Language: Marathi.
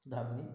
धामनी